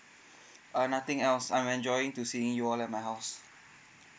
uh nothing else I'm enjoying to seeing you all at my house